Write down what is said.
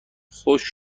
خشک